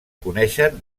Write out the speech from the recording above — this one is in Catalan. coneixen